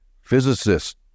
physicist